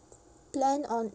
plan on